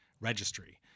registry